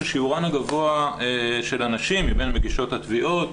ששיעורן הגבוה של הנשים מבין מגישות התביעות